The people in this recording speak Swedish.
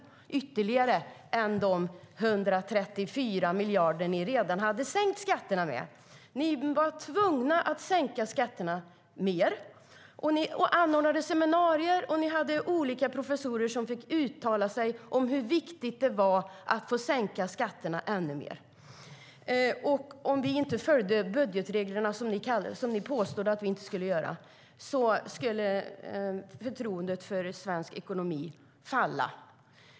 Det var utöver de 134 miljarder som ni redan hade sänkt skatterna med. Ni var tvungna att sänka skatterna mer. Ni anordnade seminarier, och det var olika professorer som fick uttala sig om hur viktigt det var att få sänka skatterna ännu mer. Och om vi inte följde budgetreglerna, som ni påstod att vi inte skulle göra, skulle förtroendet för svensk ekonomi falla.